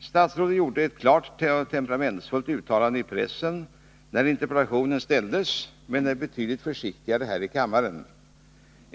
Statsrådet gjorde ett klart och temperamentsfullt uttalande i pressen när interpellationen framställdes, men han är betydligt försiktigare här i kammaren.